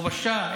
האהבה מאלוהים.